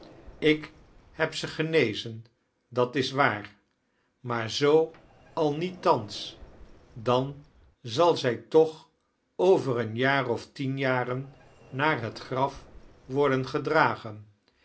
ik heb ze genezen dat is waar maar zoo al niet thans dan zal zij toch over een jaar of over tien jaren naar het graf worden gedragen